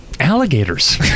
Alligators